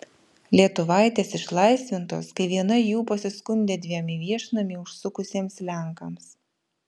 lietuvaitės išlaisvintos kai viena jų pasiskundė dviem į viešnamį užsukusiems lenkams